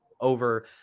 Over